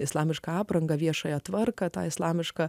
islamišką aprangą viešąją tvarką tai islamiška